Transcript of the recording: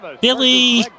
Billy